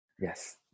yes